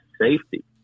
safety